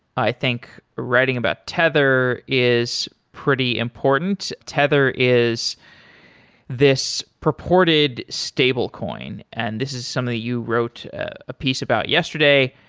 i think writing about tether is pretty important. tether is this purported stable coin, and this is something you wrote a piece about yesterday.